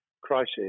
crisis